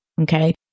okay